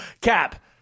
Cap